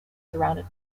surrounded